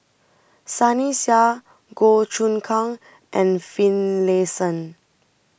Sunny Sia Goh Choon Kang and Finlayson